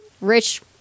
rich